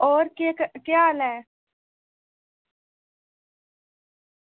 होर केह् हाल ऐ